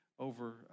Over